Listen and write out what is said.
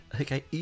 okay